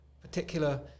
particular